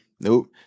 nope